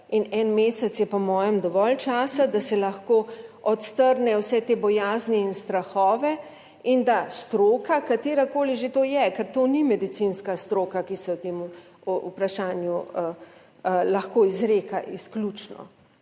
in en mesec je, po mojem, dovolj časa, da se lahko odstrne vse te bojazni in strahove in da stroka, katerakoli že to je, ker to ni medicinska stroka, ki se o tem vprašanju lahko izreka izključno,